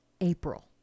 April